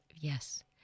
Yes